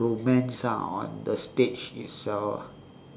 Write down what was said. romance ah on the stage itself ah